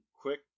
quick